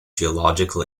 geological